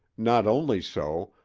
not only so,